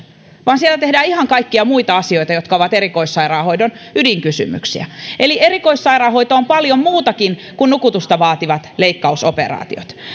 vaan siellä tehdään ihan kaikkia muita asioita jotka ovat erikoissairaanhoidon ydinkysymyksiä eli erikoissairaanhoito on paljon muutakin kuin nukutusta vaativat leikkausoperaatiot